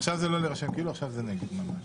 עכשיו זה לא להירשם כאילו, עכשיו זה נגד ממש.